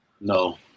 No